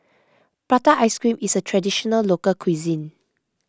Prata Ice Cream is a Traditional Local Cuisine